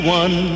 one